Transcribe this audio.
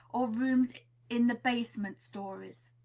or rooms in the basement stories.